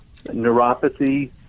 neuropathy